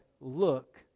look